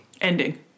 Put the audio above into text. ending